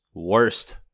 worst